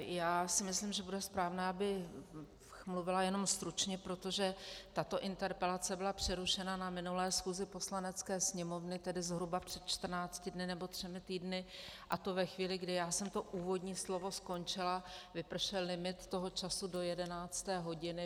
Já si myslím, že bude správné, abych mluvila jenom stručně, protože tato interpelace byla přerušena na minulé schůzi Poslanecké sněmovny, tedy zhruba před čtrnácti dny nebo třemi týdny, a to ve chvíli, kdy já jsem to úvodní slovo skončila, vypršel limit času do 11. hodiny.